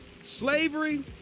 slavery